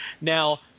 now